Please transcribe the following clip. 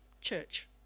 church